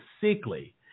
sickly